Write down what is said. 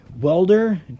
welder